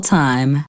time